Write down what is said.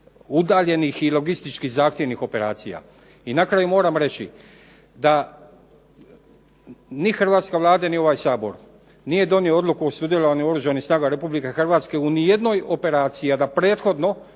udaljenih i logistički zahtjevnih operacija. I na kraju moram reći da ni hrvatska Vlada ni ovaj Sabor nije donio odluku o sudjelovanju Oružanih snaga RH u nijednoj operaciji, a da prethodno